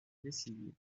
décisive